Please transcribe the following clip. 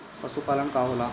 पशुपलन का होला?